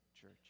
church